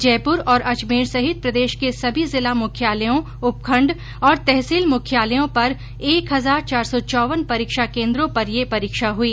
जयपुर और अजमेर सहित प्रदेश के सभी जिला मुख्यालयों उपखंड और तहसील मुख्यालयों पर एक हजार चार ं सौ चौवन परीक्षा केन्द्रों पर ये परीक्षा हुई